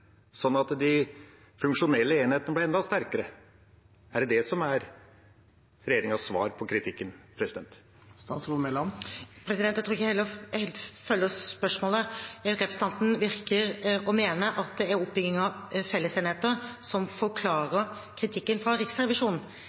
sånn at de funksjonelle enhetene ble enda sterkere? Er det det som er regjeringas svar på kritikken? Jeg tror ikke helt jeg følger spørsmålet. Representanten virker å mene at det er oppbyggingen av fellesenheter som forklarer kritikken fra Riksrevisjonen.